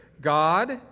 God